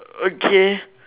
okay